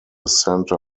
centre